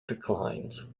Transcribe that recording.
declines